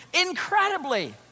incredibly